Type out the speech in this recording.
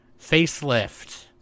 Facelift